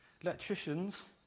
electricians